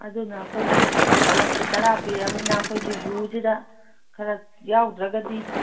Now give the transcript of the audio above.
ꯑꯗꯨꯅ ꯑꯩꯈꯣꯏꯁꯨ ꯇꯂꯞꯇ ꯇꯔꯥ ꯄꯤꯔꯃꯤꯅ ꯑꯩꯈꯣꯏꯁꯨ ꯌꯨꯁꯤꯗ ꯈꯔ ꯌꯥꯎꯗ꯭ꯔꯒꯗꯤ